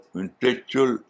intellectual